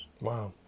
Wow